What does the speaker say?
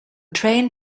train